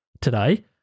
today